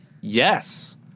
yes